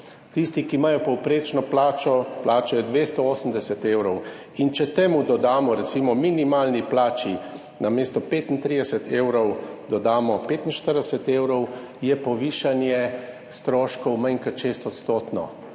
tisti, ki imajo povprečno plačo, plačajo 280 evrov in če temu dodamo recimo minimalni plači namesto 35 evrov dodamo 45 evrov, je povišanje stroškov manj kot 6 %, vsi